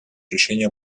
решение